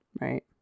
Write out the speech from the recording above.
Right